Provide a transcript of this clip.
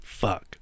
fuck